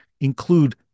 include